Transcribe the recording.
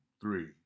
three